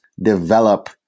develop